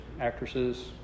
actresses